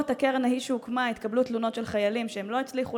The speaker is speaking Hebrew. לאחר שהקרן ההיא הוקמה התקבלו תלונות של חיילים שהם לא הצליחו